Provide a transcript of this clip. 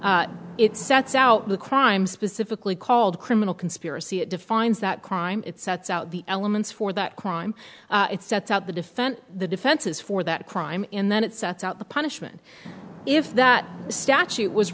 sets out the crime specifically called criminal conspiracy it defines that crime it sets out the elements for that crime it sets out the defense the defenses for that crime and then it sets out the punishment if that statute was